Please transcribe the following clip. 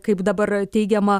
kaip dabar teigiama